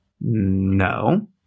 No